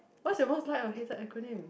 what's your most liked or hated acronym